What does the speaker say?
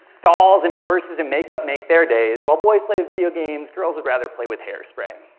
dolls, and purses, and make-up make their days, while boys play with video games, girls would rather play with hairspray.